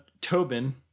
Tobin